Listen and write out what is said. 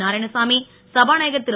நாராயணசாமி சபாநாயகர் திரு